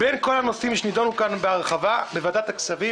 בין כל הנושאים שנידונו כאן בהרחבה בוועדת הכספים,